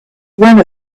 one